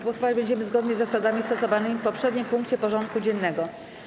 Głosować będziemy zgodnie z zasadami stosowanymi w poprzednim punkcie porządku dziennego.